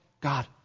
God